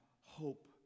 hope